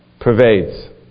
pervades